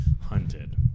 Hunted